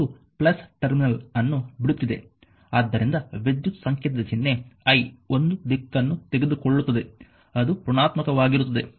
ಆದ್ದರಿಂದ ವಿದ್ಯುತ್ ಸಂಕೇತದ ಚಿಹ್ನೆ i ಒಂದು ದಿಕ್ಕನ್ನು ತೆಗೆದುಕೊಳ್ಳುತ್ತದೆ ಅದು ಋಣಾತ್ಮಕವಾಗಿರುತ್ತದೆ